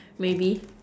maybe